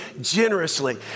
generously